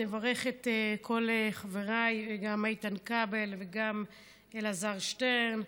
נברך את כל חבריי, גם איתן כבל, וגם אלעזר שטרן,